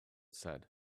said